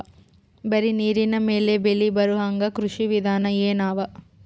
ಬರೀ ನೀರಿನ ಮೇಲೆ ಬೆಳಿ ಬರೊಹಂಗ ಕೃಷಿ ವಿಧಾನ ಎನವ?